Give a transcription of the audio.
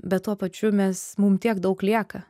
bet tuo pačiu mes mum tiek daug lieka